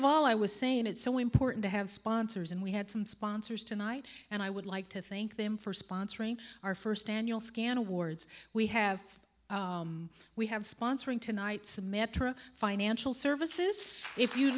of all i was saying it's so important to have sponsors and we had some sponsors tonight and i would like to thank them for sponsoring our first annual scan awards we have we have sponsoring tonight's the metra financial services if you